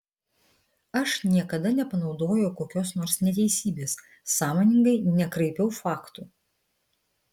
aš niekada nepanaudojau kokios nors neteisybės sąmoningai nekraipiau faktų